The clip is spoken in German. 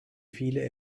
viele